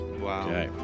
Wow